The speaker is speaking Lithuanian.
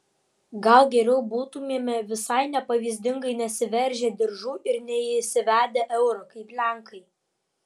gal geriau būtumėme visai nepavyzdingai nesiveržę diržų ir neįsivedę euro kaip lenkai